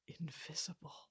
invisible